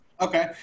Okay